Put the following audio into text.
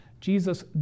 Jesus